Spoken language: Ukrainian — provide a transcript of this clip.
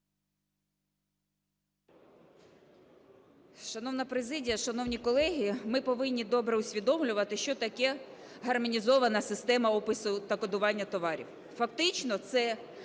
Шановна президія, шановні колеги, ми повинні добре усвідомлювати, що таке Гармонізована система опису та кодування товарів.